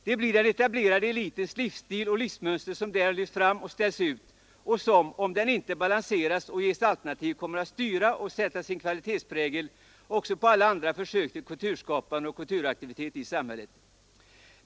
Det blir den etablerade elitens livsstil och livsmönster som därigenom lyfts fram och ställs ut och som — om den inte balanseras och ges alternativ — kommer att styra och sätta sin ”kvalitetsprägel” också på alla andra försök till kulturskapande och kulturaktivitet i samhället.